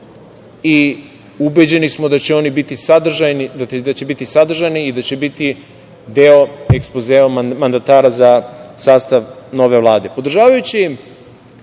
i ubeđeni smo da će oni biti sadržajni i da će biti deo ekspozea mandata za sastav nove